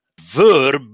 verb